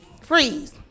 Freeze